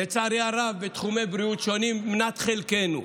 לצערי הרב, בתחומי בריאות שונים, מנת חלקנו.